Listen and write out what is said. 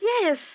Yes